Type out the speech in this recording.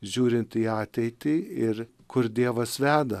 žiūrint į ateitį ir kur dievas veda